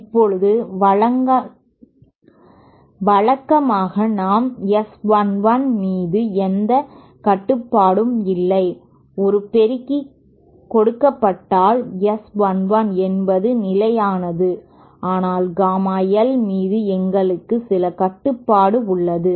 இப்போது வழக்கமாக நாம் S 1 1 மீது எந்த கட்டுப்பாடும் இல்லை ஒரு பெருக்கி கொடுக்கப்பட்டால் S 1 1 என்பது நிலையானது ஆனால் காமா l மீது எங்களுக்கு சில கட்டுப்பாடு உள்ளது